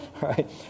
right